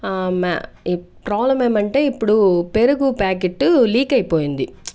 మ్యా ప్రాబ్లమ్ ఏమీ అంటే ఇప్పుడు పెరుగు ప్యాకెటు లీక్ అయిపోయింది ఉచ్